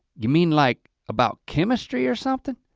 you mean like about chemistry or something?